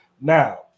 Now